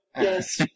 Yes